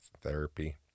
therapy